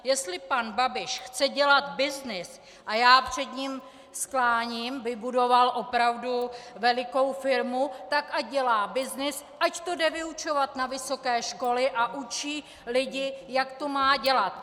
Jestli pan Babiš chce dělat byznys, a já před ním skláním, vybudoval opravdu velikou firmu, tak ať dělá byznys, ať to jde vyučovat na vysoké školy a učí lidi, jak to má dělat.